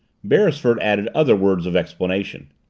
beresford added other words of explanation.